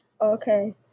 okay